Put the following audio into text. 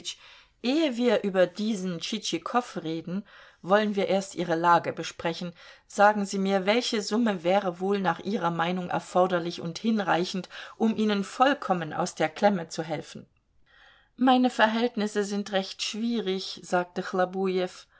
ehe wir über diesen tschitschikow reden wollen wir erst ihre lage besprechen sagen sie mir welche summe wäre wohl nach ihrer meinung erforderlich und hinreichend um ihnen vollkommen aus der klemme zu helfen meine verhältnisse sind recht schwierig sagte